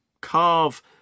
carve